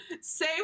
say